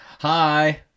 Hi